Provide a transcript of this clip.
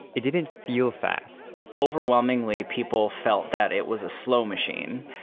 it didn't feel fast overwhelmingly, people felt that it was a slow machine.